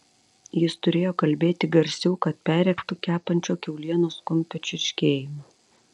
jis turėjo kalbėti garsiau kad perrėktų kepančio kiaulienos kumpio čirškėjimą